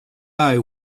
eye